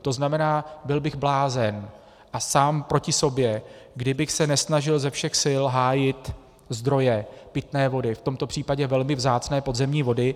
To znamená, byl bych blázen a sám proti sobě, kdybych se nesnažil ze všech sil hájit zdroje pitné vody, v tomto případě velmi vzácné podzemní vody.